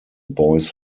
boys